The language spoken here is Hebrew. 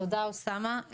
תודה, אוסאמה.